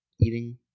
eating